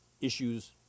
issues